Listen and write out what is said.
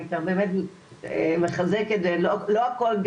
נוכל להגיע בפעילויות של המניעה והקהילה ליותר